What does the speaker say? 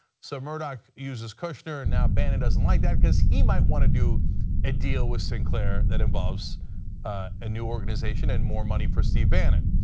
so murdoch uses kushner and steve bannon doesn't like that because he might want to do a deal with sinclair that involves a new organization and more money for steve bannon.